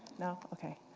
no? ok.